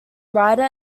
writer